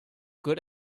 good